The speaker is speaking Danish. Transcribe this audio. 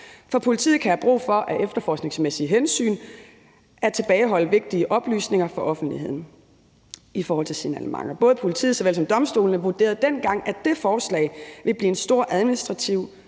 For politiet kan have brug for af efterforskningsmæssige hensyn at tilbageholde vigtige oplysninger fra offentligheden, f.eks. signalementer. Både politiet og domstolene vurderede dengang, at det forslag ville blive en stor administrativ